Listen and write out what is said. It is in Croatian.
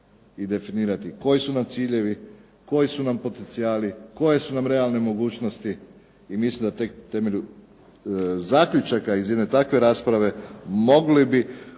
i definirati koji su nam ciljevi, koji su nam potencijali, koje su nam realne mogućnosti i mislim da na temelju zaključaka iz jedne takve rasprave mogli bi